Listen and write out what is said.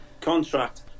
contract